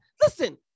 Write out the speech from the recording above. Listen